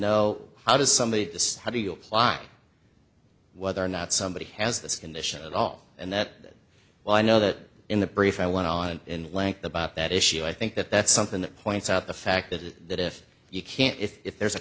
know how does somebody just how do you apply whether or not somebody has this condition at all and that well i know that in the brief i went on in length about that issue i think that that's something that points out the fact that it that if you can if there's a